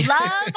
Love